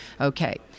Okay